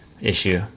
issue